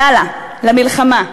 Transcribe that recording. יאללה, למלחמה.